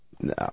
No